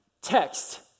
text